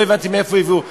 ולא הבנתי מאיפה הביאו,